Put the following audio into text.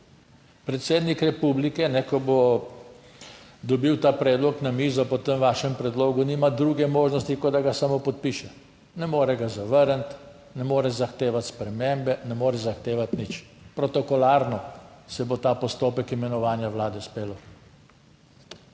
Predsednik republike, ko bo dobil ta predlog na mizo, po tem vašem predlogu nima druge možnosti kot da ga samo podpiše, ne more ga zavrniti, ne more zahtevati spremembe, ne more zahtevati nič. Protokolarno se bo ta postopek imenovanja vlade speljal,